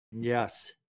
Yes